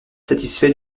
satisfait